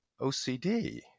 OCD